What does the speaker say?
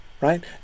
right